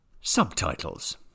Subtitles